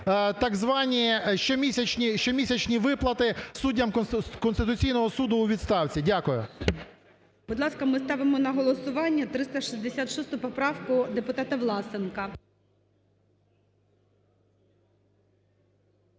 так звані щомісячні виплати суддям Конституційного Суду у відставці. Дякую. ГОЛОВУЮЧИЙ. Будь ласка, ми ставимо на голосування 366 поправку депутата Власенка.